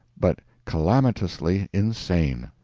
but calamitously insane.